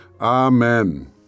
Amen